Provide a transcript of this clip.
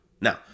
Now